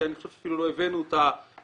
שאני חושב שאפילו לא הבאנו אותה בתחקיר,